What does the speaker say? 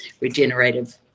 regenerative